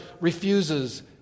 refuses